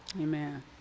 Amen